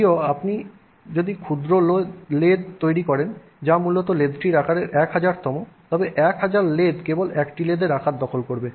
যদিও আপনি যদি ক্ষুদ্র লেদ তৈরি করেন যা মূল লেদটির আকারের 1000 তম তবে 1000 লেদ কেবল একটি লেদের আকারকে দখল করবে